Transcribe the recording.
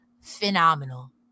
phenomenal